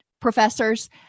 professors